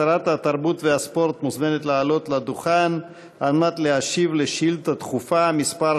שרת התרבות והספורט מוזמנת לעלות לדוכן להשיב על שאילתה דחופה מס'